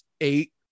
eight